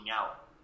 out